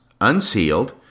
unsealed